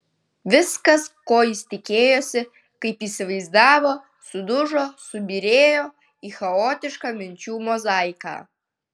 viskas ko jis tikėjosi kaip įsivaizdavo sudužo subyrėjo į chaotišką minčių mozaiką